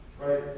right